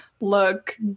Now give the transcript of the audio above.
Look